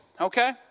okay